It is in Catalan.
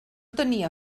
tenia